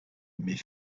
mais